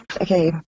Okay